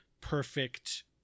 perfect